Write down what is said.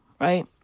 right